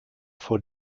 vor